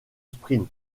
sprint